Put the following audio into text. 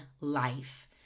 life